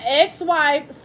ex-wife